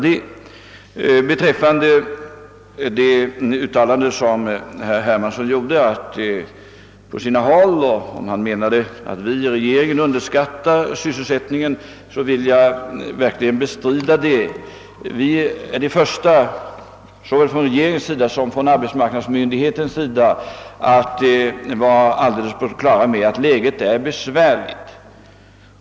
Herr Hermansson menade att man på sina håll — han avsåg kanske då även regeringen — underskattar sysselsättningsfrågan. Jag vill bestrida att vi gör det inom regeringen. Såväl regeringen som arbetsmarknadsmyndigheterna är fullt på det klara med att läget är besvärligt.